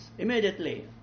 immediately